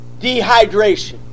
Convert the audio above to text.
dehydration